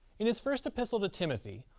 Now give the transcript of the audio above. in his first epistle to timothy,